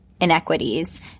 inequities